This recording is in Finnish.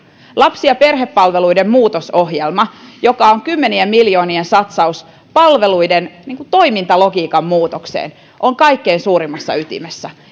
lapsi ja perhepalveluiden muutosohjelma joka on kymmenien miljoonien satsaus palveluiden toimintalogiikan muutokseen on kaikkein suurimmassa ytimessä